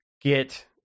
get